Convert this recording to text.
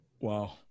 Wow